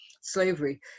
slavery